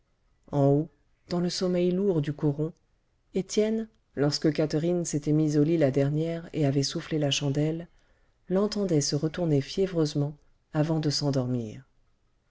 en haut dans le sommeil lourd du coron étienne lorsque catherine s'était mise au lit la dernière et avait soufflé la chandelle l'entendait se retourner fiévreusement avant de s'endormir